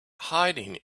hiding